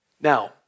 Now